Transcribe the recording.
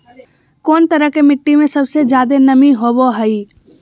कौन तरह के मिट्टी में सबसे जादे नमी होबो हइ?